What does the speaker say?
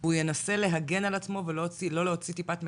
הוא ינסה להגן על עצמו ולא להוציא טיפת מידע,